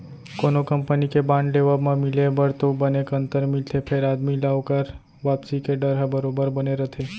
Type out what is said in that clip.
कोनो कंपनी के बांड लेवब म मिले बर तो बने कंतर मिलथे फेर आदमी ल ओकर वापसी के डर ह बरोबर बने रथे